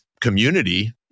community